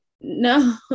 no